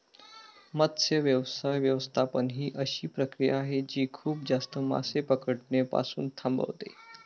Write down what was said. मत्स्य व्यवसाय व्यवस्थापन ही अशी प्रक्रिया आहे जी खूप जास्त मासे पकडणे पासून थांबवते